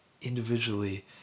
individually